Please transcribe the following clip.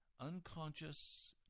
unconscious